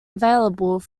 available